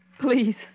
Please